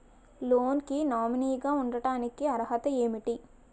Loan కి nominee గా ఉండటానికి అర్హత ఏమిటి?